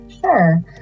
Sure